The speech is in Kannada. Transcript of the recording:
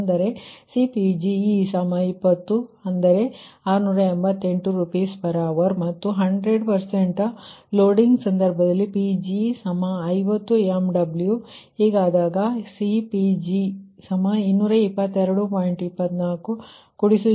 ಅಂದರೆ CPg20688 Rshr ಮತ್ತು 100 ಲೋಡಿಂಗ್ ಸಂದರ್ಭದಲ್ಲಿ Pg50 MW CPg222